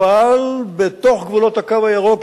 אבל בתוך גבולות "הקו הירוק",